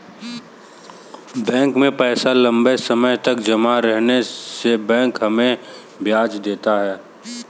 bank में पैसा लम्बे समय तक जमा रहने से बैंक हमें ब्याज देता है